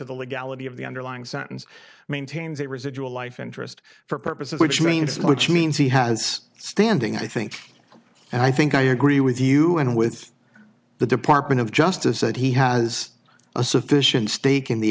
the legality of the underlying sentence maintains that residual life interest for purposes which means which means he has standing i think and i think i agree with you and with the department of justice said he has a sufficient stake in the